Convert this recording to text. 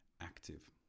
active